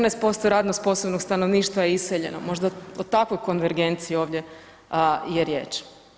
14% radno sposobnog stanovništva je iseljeno, možda o takvoj konvergenciji je ovdje je riječ.